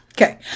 Okay